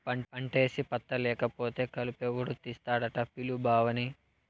పంటేసి పత్తా లేకపోతే కలుపెవడు తీస్తాడట పిలు బావని